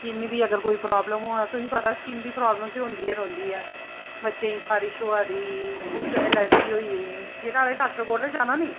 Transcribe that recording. skin दी अगर कोई प्राब्लम होऐ तुसें ई पता ऐ स्किन दी प्राब्लम होंदी गै रौंह्दी ऐ बच्चें ई खारश होआ दी किश एलर्जी होई एह्दा ओह् डाक्टर कोल गै जाना निं